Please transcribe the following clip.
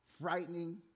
frightening